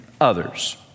others